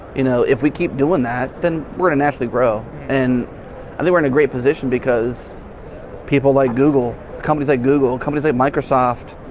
you know, if we keep doing that then we're going to naturally grow and i think we're in a great position because people like google, companies like google, companies like microsoft,